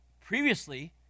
Previously